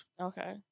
Okay